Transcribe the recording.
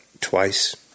twice